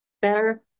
better